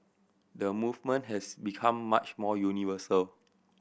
the movement has become much more universal